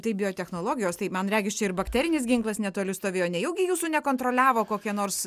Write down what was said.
tai biotechnologijos tai man regis čia ir bakterinis ginklas netoli stovėjo nejaugi jūsų nekontroliavo kokie nors